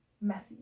messy